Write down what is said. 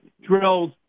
drills